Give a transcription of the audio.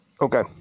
Okay